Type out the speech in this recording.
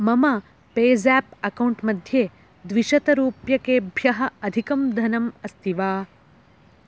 मम PayZapp account मध्ये द्विशतरूप्यकेभ्यः अधिकं धनम् अस्ति वा